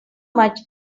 much